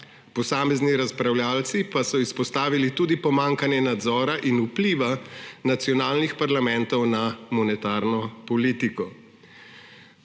Posamezni razpravljavci pa so izpostavili tudi pomanjkanje nadzora in vpliva nacionalnih parlamentov na monetarno politiko.